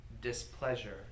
displeasure